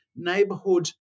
neighborhood